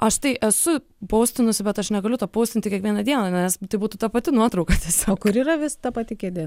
aš tai esu poustinusi bet aš negaliu to poustinti kiekvieną dieną nes tai būtų ta pati nuotrauka tiesiog kur yra vis ta pati kėdė